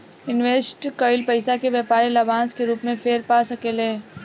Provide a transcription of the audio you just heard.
invest कईल पइसा के व्यापारी लाभांश के रूप में फेर पा सकेले